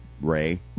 ray